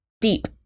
deep